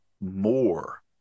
more